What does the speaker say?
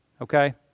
Okay